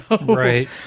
Right